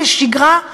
כשגרה.